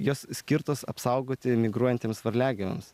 jos skirtos apsaugoti migruojantiems varliagyviams